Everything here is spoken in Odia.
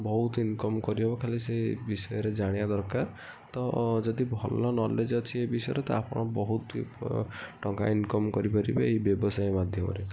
ବହୁତ ଇନକମ୍ କରିହେବ ଖାଲି ସେ ବିଷୟରେ ଜାଣିବା ଦରକାର ତ ଯଦି ଭଲା ନଲେଜ୍ ଅଛି ସେ ବିଷୟରେ ତ ଆପଣ ବହୁତ ଟଙ୍କା ଇନକମ୍ କରିପାରିବେ ଏ ବ୍ୟବସାୟ ମାଧ୍ୟମରେ